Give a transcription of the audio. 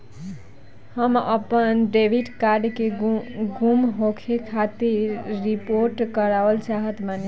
हम आपन debit card के गुम होखे के रिपोर्ट करवाना चाहत बानी